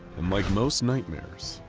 and like most nightmares,